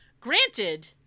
Granted